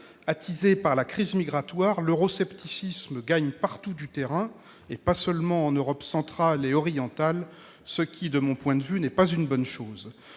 Attisé par la crise migratoire, l'euroscepticisme gagne partout du terrain et pas seulement en Europe centrale et orientale, ce qui, de mon point de vue, n'est pas une bonne chose.